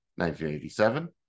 1987